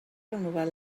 renovar